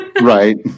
Right